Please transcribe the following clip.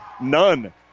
none